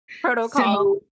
protocol